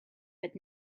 but